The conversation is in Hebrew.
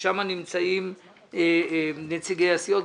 שם נמצאים נציגי הסיעות,